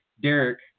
Derek